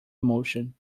emotion